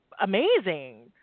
amazing